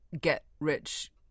get-rich